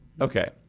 Okay